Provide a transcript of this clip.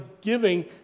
giving